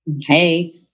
Hey